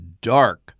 dark